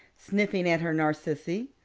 sniffing at her narcissi.